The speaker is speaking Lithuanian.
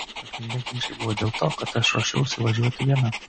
pagrinde ginčai buvo dėl to kad aš ruošiausi važiuoti viena